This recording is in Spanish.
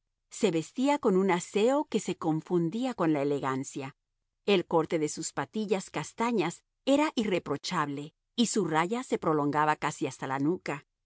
se vestía con un aseo que se confundía con la elegancia el corte de sus patillas castañas era irreprochable y su raya se prolongaba casi hasta la nuca